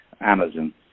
Amazon